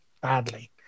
badly